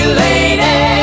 lady